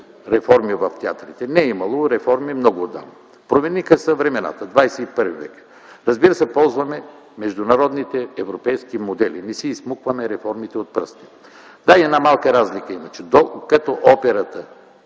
реформи в театрите. Не е имало реформи много отдавана. Промениха се времената – ХХІ век е. Разбира се, ползваме международните европейски модели, не си изсмукваме реформите от пръстите. Има и една малка разлика, че докато операта